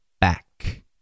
back